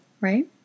right